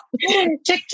TikTok